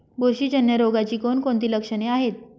बुरशीजन्य रोगाची कोणकोणती लक्षणे आहेत?